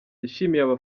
abafana